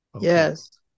Yes